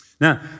Now